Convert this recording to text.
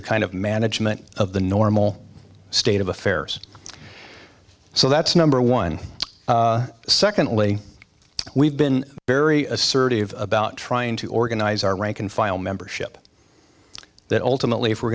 are kind of management of the normal state of affairs so that's number one secondly we've been very assertive about trying to organize our rank and file membership that ultimately if we're